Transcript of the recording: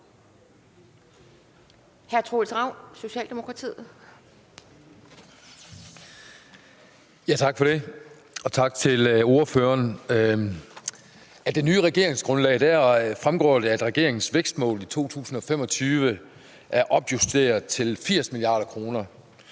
Tak for det, og tak til ordføreren. Det fremgår af det nye regeringsgrundlag, at regeringens vækstmål for 2025 er opjusteret til 80 mia. kr.,